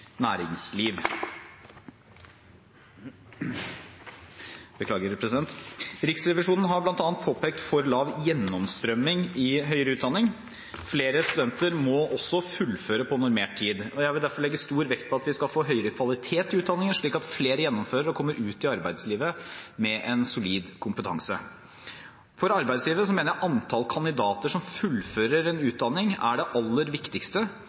næringsliv. Riksrevisjonen har bl.a. påpekt for lav gjennomstrømming i høyere utdanning. Flere studenter må fullføre på normert tid. Jeg vil derfor legge stor vekt på at vi skal få høyere kvalitet i utdanningen, slik at flere gjennomfører og kommer ut i arbeidslivet med en solid kompetanse. For arbeidslivet mener jeg at antallet kandidater som fullfører en utdanning, er det aller viktigste